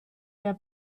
der